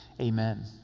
Amen